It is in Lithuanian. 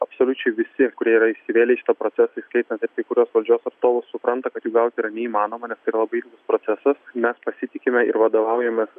absoliučiai visi kurie yra įsivėlę į šitą procesą įskaitant kai kuriuos valdžios atstovus supranta kad jų gauti yra neįmanoma nes tai yra labai procesas mes pasitikime ir vadovaujamės